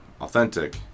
authentic